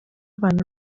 abantu